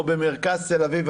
או במרכז תל אביב,